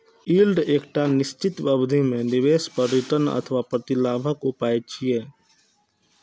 yield एकटा निश्चित अवधि मे निवेश पर रिटर्न अथवा प्रतिलाभक उपाय छियै